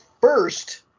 first